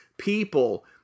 people